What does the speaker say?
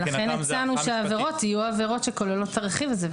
לכן הצענו שהעבירות יהיו עבירות שכוללות את הרכיב הזה.